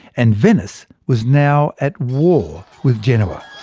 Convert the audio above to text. and venice was now at war with genoa.